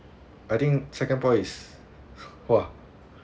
I think second point is !whoa!